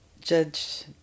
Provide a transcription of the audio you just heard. judge